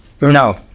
no